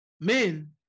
men